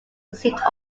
received